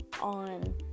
on